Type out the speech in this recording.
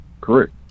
correct